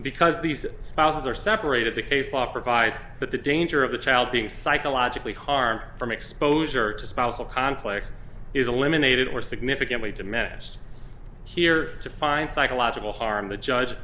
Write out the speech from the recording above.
because these spouses are separated the case law provides that the danger of the child being psychologically harmed from exposure to spousal conflicts is a lemonade or significantly diminished here to find psychological harm the judge